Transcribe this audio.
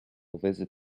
visit